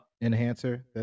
enhancer